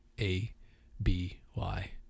A-B-Y